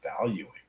valuing